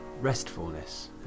Restfulness